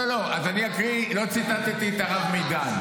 לא ציטטתי את הרב מדן.